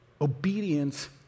obedience